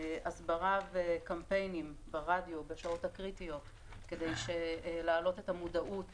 גם הסברה וקמפיינים ברדיו בשעות הקריטיות כדי להעלות את המודעות